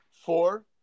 Four